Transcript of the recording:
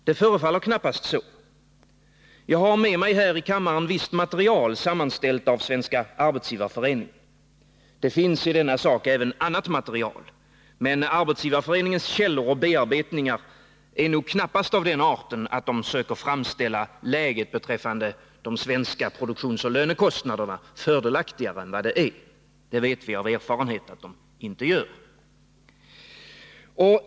Det förefaller knappast så. Jag har med mig här i kammaren visst material, sammanställt av Svenska arbetsgivareföreningen. Även annat material finns att tillgå, men Arbetsgivareföreningens källor och bearbetningar är nog knappast av den arten att de söker framställa läget beträffande de svenska produktionsoch lönekostnaderna fördelaktigare än de är — det vet vi av erfarenhet.